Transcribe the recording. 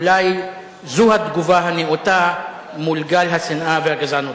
אולי זו התגובה הנאותה מול גל השנאה והגזענות.